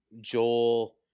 joel